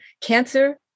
Cancer